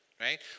Right